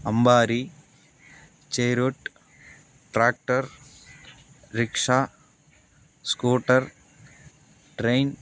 అంబారి చేరూట్ tractor rickshaw scooter train